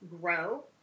grow